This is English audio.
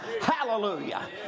Hallelujah